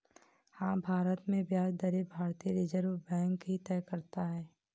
हाँ, भारत में ब्याज दरें भारतीय रिज़र्व बैंक ही तय करता है